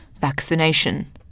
vaccination